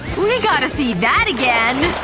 we gotta see that again!